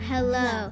Hello